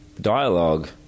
Dialogue